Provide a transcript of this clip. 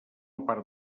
part